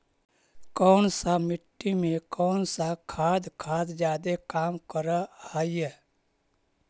कौन सा मिट्टी मे कौन सा खाद खाद जादे काम कर हाइय?